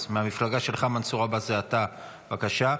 אז מהמפלגה שלך, מנסור עבאס, זה אתה, בבקשה.